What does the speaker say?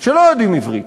שלא יודעים עברית,